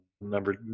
number